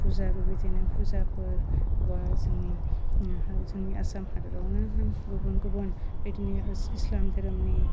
फुजा बेबायदिनो फुजाफोर बा जोंनि ओम जोंनि आसाम हादरावनो होन गुबुन गुबुन बेदिनो ईश्लाम दोरोमनि